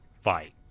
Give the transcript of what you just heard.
fight